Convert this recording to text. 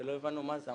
לא הבנו מה זה.